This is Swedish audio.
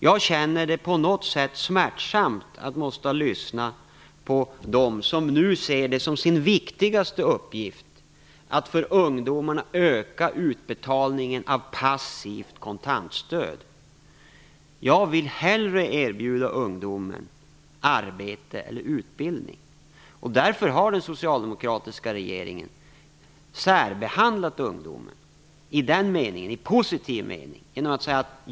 Jag känner det smärsamt att behöva lyssna på dem som nu ser som sin viktigaste uppgift att öka utbetalningen av passivt kontantstöd till ungdomarna. Jag vill hellre erbjuda ungdomarna arbete eller utbildning. Därför har den socialdemokratiska regeringen särbehandlat ungdomen i positiv mening.